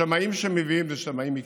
השמאים שמביאים הם שמאים מקצועיים,